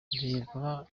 reba